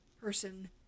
person